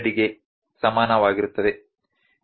e xyz ಸಮಾನವಾಗಿರುತ್ತದೆ